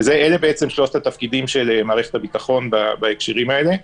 אלה בעצם שלושת התפקידים של מערכת הביטחון בהקשרים האלה.